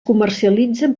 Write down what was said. comercialitzen